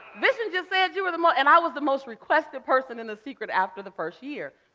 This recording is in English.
vishen just said you were the most. and i was the most requested person in the secret after the first year,